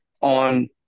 on